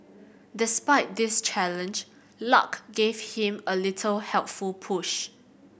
despite this challenge luck gave him a little helpful push